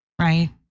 right